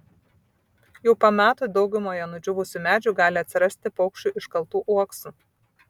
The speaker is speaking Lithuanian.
jau po metų daugumoje nudžiūvusių medžių gali atsirasti paukščių iškaltų uoksų